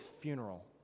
funeral